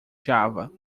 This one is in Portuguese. java